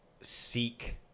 seek